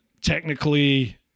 technically